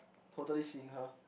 totally seeing her